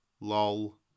LOL